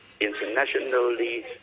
internationally